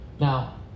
Now